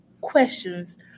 questions